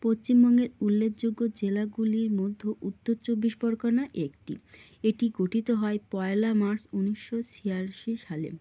পশ্চিমবঙ্গের উল্লেখযোগ্য জেলাগুলির মধ্য উত্তর চব্বিশ পরগনা একটি এটি গঠিত হয় পয়লা মার্চ উনিশশো ছিয়াশি সালে